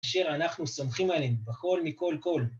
‫כאשר אנחנו סומכים עליהם ‫בכל מכל כל.